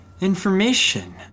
information